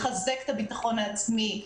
לחזק את הביטחון העצמי,